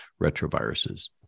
retroviruses